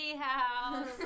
house